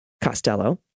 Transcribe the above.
Costello